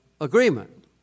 agreement